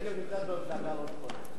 מירי רגב נמצאת במפלגה הלא-נכונה.